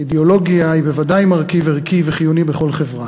אידיאולוגיה היא בוודאי מרכיב ערכי וחיוני בכל חברה.